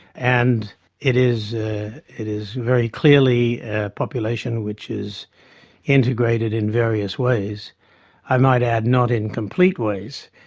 and it is it is very clearly a population which is integrated in various ways i might add not in complete ways,